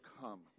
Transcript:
come